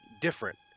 different